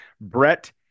Brett